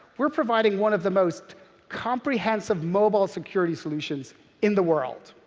we're providing one of the most comprehensive mobile security solutions in the world.